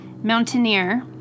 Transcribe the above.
Mountaineer